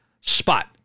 spot